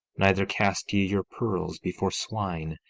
neither cast ye your pearls before swine,